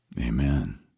Amen